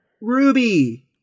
Ruby